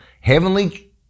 Heavenly